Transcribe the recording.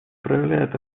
проявляет